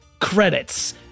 Credits